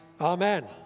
Amen